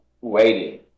waiting